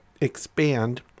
expand